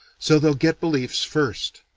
so they'll get beliefs first.